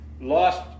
lost